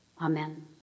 Amen